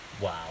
Wow